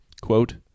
quote